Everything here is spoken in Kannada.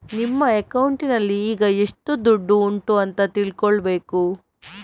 ನಿಮ್ಮ ಅಕೌಂಟಿನಲ್ಲಿ ಈಗ ಎಷ್ಟು ದುಡ್ಡು ಉಂಟು ಅಂತ ತಿಳ್ಕೊಳ್ಬೇಕು